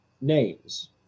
names